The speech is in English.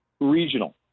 regional